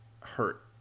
hurt